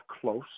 close